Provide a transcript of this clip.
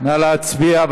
נא להצביע.